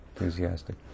enthusiastic